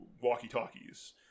walkie-talkies